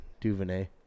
DuVernay